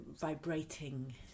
vibrating